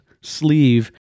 sleeve